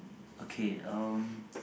okay um